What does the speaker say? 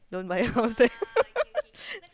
don't buy a house there